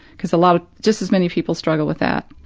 because a lot of just as many people struggle with that.